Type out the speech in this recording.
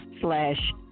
slash